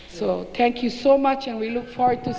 you so much and we look forward to